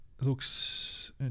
Looks